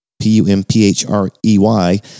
P-U-M-P-H-R-E-Y